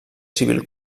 civil